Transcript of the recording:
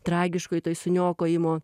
tragiškoj toj suniokojimo